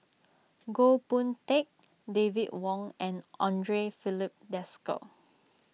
Goh Boon Teck David Wong and andre Filipe Desker